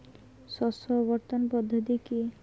শস্য আবর্তন পদ্ধতি কি?